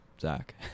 Zach